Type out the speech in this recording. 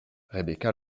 rebecca